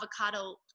avocado